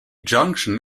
junction